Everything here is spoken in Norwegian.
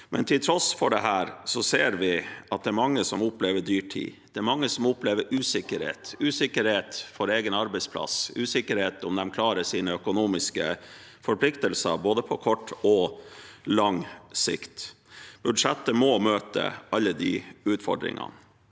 Men til tross for dette ser vi at det er mange som opplever dyrtid. Det er mange som opplever usikkerhet – usikkerhet for egen arbeidsplass, usikkerhet for om de klarer sine økonomiske forpliktelser, både på kort og lang sikt. Budsjettet må møte alle disse utfordringene.